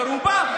ברובם,